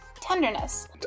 Tenderness